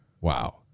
Wow